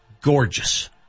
gorgeous